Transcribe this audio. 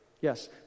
Yes